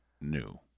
new